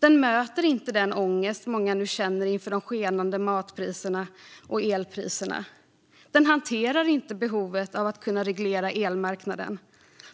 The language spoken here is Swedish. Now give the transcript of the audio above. Den möter inte den ångest många nu känner inför de skenande mat och elpriserna. Den hanterar inte behovet av att reglera elmarknaden.